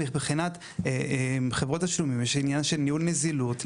מבחינת חברת תשלומים יש עניין של ניהול נזילות,